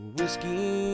Whiskey